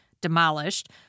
demolished